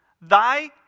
Thy